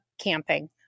camping